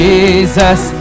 Jesus